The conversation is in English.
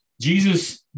Jesus